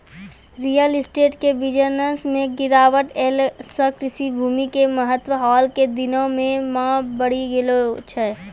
real estate के business मॅ गिरावट ऐला सॅ कृषि भूमि के महत्व हाल के दिनों मॅ बढ़ी गेलो छै